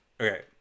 Okay